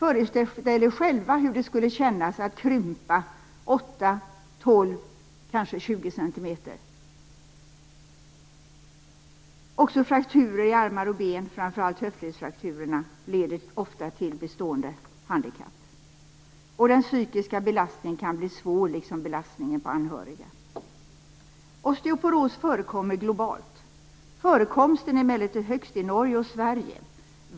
Föreställ er själva hur det skulle kännas att krympa 8, 12, kanske 20 cm! Också frakturer i armar och ben, framför allt höftledsfrakturerna, leder ofta till bestående handikapp. Den psykiska belastningen kan bli svår, liksom belastningen på anhöriga. Osteoporos förekommer globalt. Förekomsten är emellertid högst i Norge och Sverige.